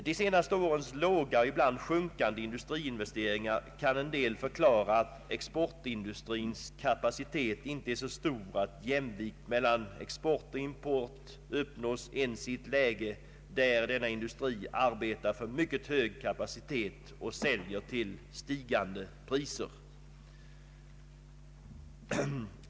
De senaste årens låga och ibland sjunkande industriinvesteringar kan till en del förklara att exportindustrins kapacitet inte är så stor att jämvikt mellan export och import uppnås ens i ett läge, där denna industri arbetar med mycket hög kapacitet och säljer till stigande priser.